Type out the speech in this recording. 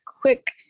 quick